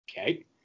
Okay